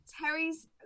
Terry's